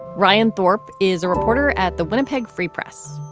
ryan thorp is a reporter at the winnipeg free press.